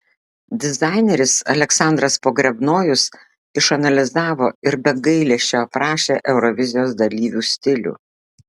dizaineris aleksandras pogrebnojus išanalizavo ir be gailesčio aprašė eurovizijos dalyvių stilių